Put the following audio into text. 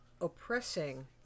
oppressing